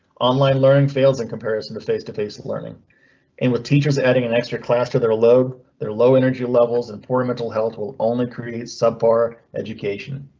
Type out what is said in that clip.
online learning fails in and comparison to face to face with learning and with teachers adding an extra class to their load their low energy levels and poor mental health will only create subpar education.